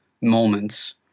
moments